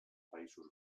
països